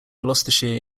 gloucestershire